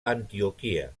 antioquia